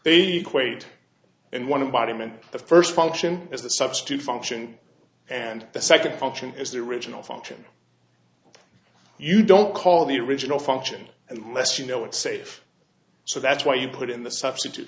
the quaid and one of the bottom and the first function as a substitute function and the second function is the original function you don't call the original function unless you know it's safe so that's why you put in the substitute